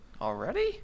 Already